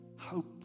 Hope